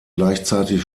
gleichzeitig